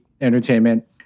Entertainment